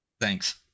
Thanks